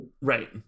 Right